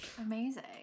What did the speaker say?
Amazing